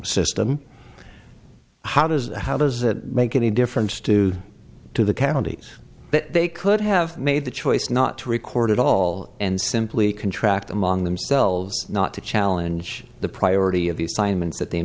system how does it how does that make any difference to the county that they could have made the choice not to record it all and simply contract among themselves not to challenge the priority of the assignments that they